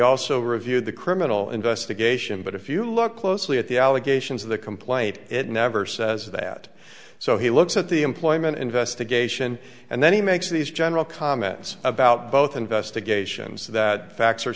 also reviewed the criminal investigation but if you look closely at the allegations of the complaint it never says that so he looks at the employment investigation and then he makes these general comments about both investigations that facts are